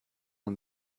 and